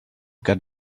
got